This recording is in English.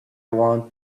want